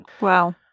Wow